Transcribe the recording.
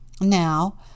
Now